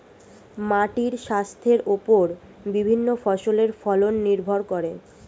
মাটির স্বাস্থ্যের ওপর বিভিন্ন ফসলের ফলন নির্ভর করে